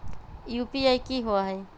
UPI कि होअ हई?